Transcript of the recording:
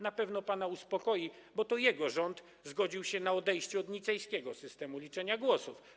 Na pewno pana uspokoi, bo to jego rząd zgodził się na odejście od nicejskiego systemu liczenia głosów.